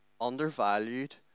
undervalued